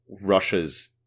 Russia's